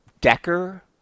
Decker